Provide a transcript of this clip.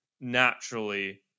naturally